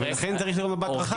ולכן צריך להיות מבט רחב יותר